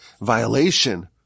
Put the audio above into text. violation